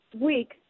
week